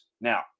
now